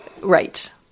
Right